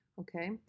Okay